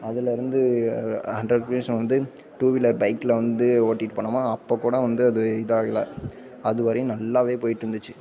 அதுலிருந்து ஒரு ஹன்ரெட் ஸ்பீட்ஸில் வந்து டூவீலர் பைக்கில் வந்து ஓட்டிகிட்டு போனோமா அப்போகூட வந்து அது இதாகலை அதுவரையும் நல்லாவே போயிட்டுருந்திச்சு